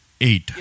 eight